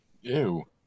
ew